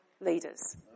leaders